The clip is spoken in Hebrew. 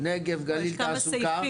נגב-גליל תעסוקה -- יש כמה סעיפים.